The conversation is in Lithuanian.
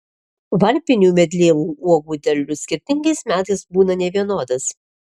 varpinių medlievų uogų derlius skirtingais metais būna nevienodas